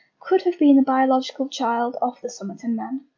could have been the biological child of the somerton man.